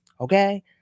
okay